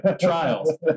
trials